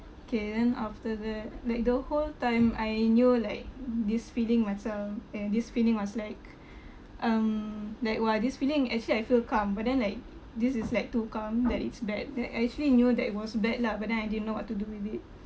K then after that like the whole time I knew like this feeling myself and this feeling was like um like !wah! this feeling actually I feel calm but then like this is like too calm that it's bad like I actually knew that it was bad lah but then I didn't know what to do with it